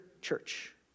church